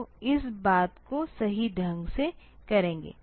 तो इस बात को सही ढंग से करेंगे